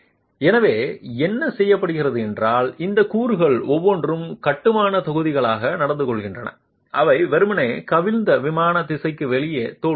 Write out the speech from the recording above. எனவே என்ன செய்யப்படுகிறது என்றால் இந்த கூறுகள் ஒவ்வொன்றும் கடுமையான தொகுதிகளாக நடந்துகொள்கின்றன அவை வெறுமனே கவிழ்ந்து விமான திசைக்கு வெளியே தோல்வியடையும்